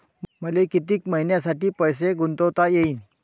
मले कितीक मईन्यासाठी पैसे गुंतवता येईन?